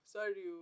Sorry